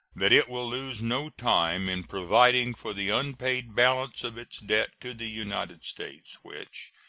that it will lose no time in providing for the unpaid balance of its debt to the united states, which,